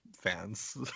fans